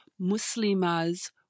Muslimas